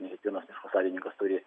ne kiekvienas miško savininkas turi